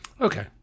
Okay